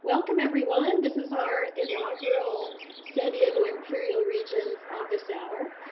welcome, everyone. this is our inaugural san diego imperial region office hour.